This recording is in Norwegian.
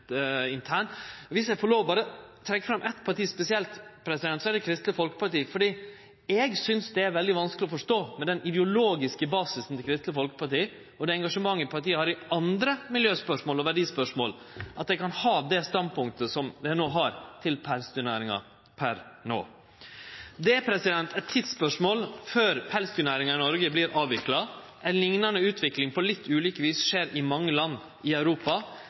internt. Viss eg får lov til å trekkje fram eitt parti spesielt, så er det Kristeleg Folkeparti. Eg synest det er veldig vanskeleg å forstå – med den ideologiske basisen til Kristeleg Folkeparti og det engasjementet partiet har i andre miljø- og verdispørsmål – at dei kan ha det standpunktet dei per i dag har til pelsdyrnæringa. Det er eit tidsspørsmål før pelsdyrnæringa i Noreg vert avvikla. Ei liknande utvikling, på litt ulikt vis, skjer i mange land i Europa.